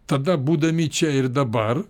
tada būdami čia ir dabar